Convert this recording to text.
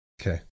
Okay